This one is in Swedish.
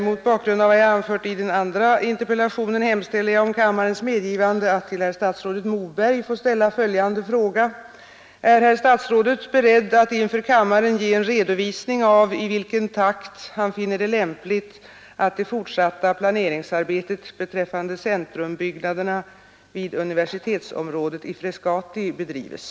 Mot bakgrund av vad jag här har anfört hemställer jag om kammarens medgivande att till herr statsrådet Moberg få ställa följande fråga: Är herr statsrådet beredd att inför kammaren ge en redovisning av i vilken takt han finner det lämpligt att det fortsatta planeringsarbetet beträffande centrumbyggnaderna vid universitetsområdet i Frescati bedrives?